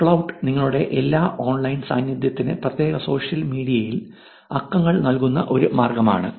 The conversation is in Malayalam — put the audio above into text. ക്ലൌട്ട് നിങ്ങളുടെ എല്ലാ ഓൺലൈൻ സാന്നിധ്യത്തിനു പ്രത്യേകിച്ച് സോഷ്യൽ മീഡിയയിൽ അക്കങ്ങൾ നൽകുന്ന ഒരു മാർഗമാണ്